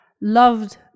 loved